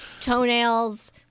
Toenails